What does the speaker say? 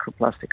microplastic